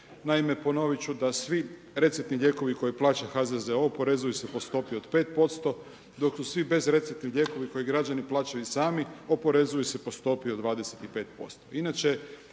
Naime, ponovit ću da svi receptni lijekovi koje plaća HZZO oporezuju se po stopi od 5% dok su svi bezreceptni lijekovi koje građani plaćaju i sami, oporezuju se po stopi od 25%.